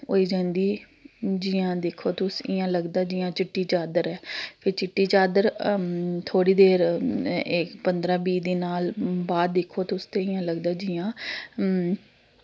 होई जंदी जि'यां दिक्खो तुस इ'यां लगदा जि'यां चिट्टी चादर ऐ फिर चिट्टी चादर थोह्ड़ी देर पंदरां बीह् दिन आह्ल बाद दिक्खो तुस ते इ'यां लगदा जि'यां